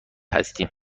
هستیم